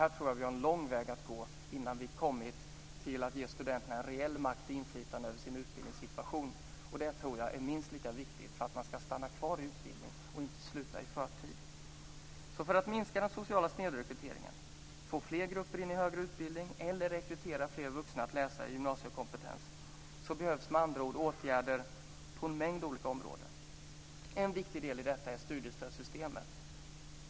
Jag tror att vi har en lång väg att gå innan vi kommit fram till att ge studenterna reell makt och verkligt inflytande över sin utbildningssituation. Jag tror att det är mycket viktigt för att de ska stanna kvar i utbildningen och inte sluta i förtid. För att minska den sociala snedrekryteringen, få in fler grupper i högre utbildning eller rekrytera fler vuxna till att läsa in gymnasiekompetens behövs alltså åtgärder på en mängd olika områden.